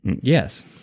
Yes